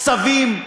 צווים.